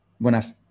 Buenas